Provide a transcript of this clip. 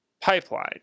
pipeline